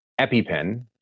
EpiPen